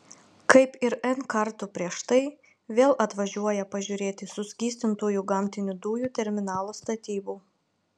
kaip ir n kartų prieš tai vėl atvažiuoja pažiūrėti suskystintųjų gamtinių dujų terminalo statybų